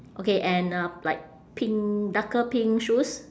okay and uh like pink darker pink shoes